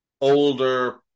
older